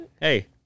Hey